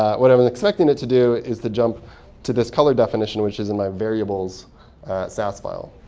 what i'm and expecting it to do is to jump to this color definition, which is in my variables sass file.